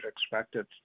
expected